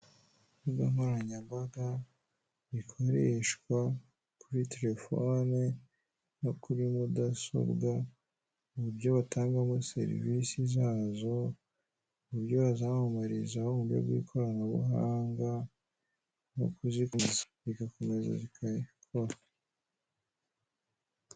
Telefoni nk'igikoresho gikunzwe gukoreshwa mu ikoranabuhanga, yaba mu kwakira cyangwa mu kohereza amafaranga. Umuyoboro wa emutiyeni ushishikariza abawukoresha kuba bakoresha telefoni zigezweho, arizo ziba zikoresha enterinete kugirango babone serivise mu buryo bwihuse kandi bubanogeye.